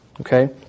Okay